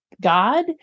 God